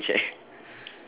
ya a wooden chair